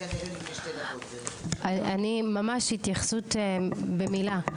אני רוצה ממש התייחסות במילה,